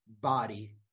body